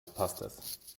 passt